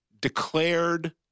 declared